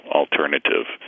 alternative